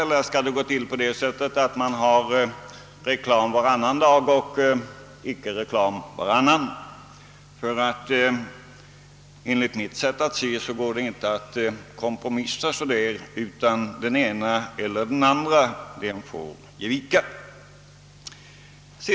Enligt mitt sätt att se är det inte möjligt att kompromissa på den punkten, utan den ene eller den andre får ge vika, såvida man inte skall ha det så, att det blir reklamsändningar bara varannan dag.